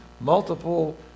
multiple